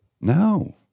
no